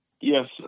Yes